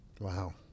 wow